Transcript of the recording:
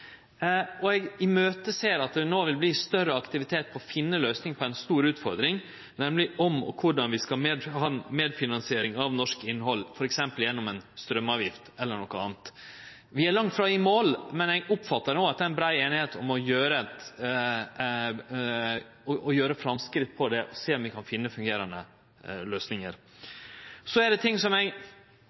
og kino. Og eg ser fram til at det no vert større aktivitet når det gjeld å finne ei løysing på ei stor utfordring, nemleg om og korleis vi skal ha medfinansiering av norsk innhald, f.eks. gjennom ei straumeavgift eller noko anna. Vi er langt ifrå i mål, men eg oppfattar no at det er ei brei einigheit om å gjere framsteg på det og sjå om vi kan finne fungerande løysingar. Det er ting som fortsatt står igjen, og som eg